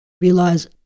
Realize